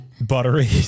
Buttery